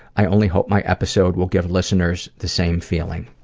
i only hope my episode will give listeners the same feeling.